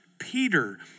Peter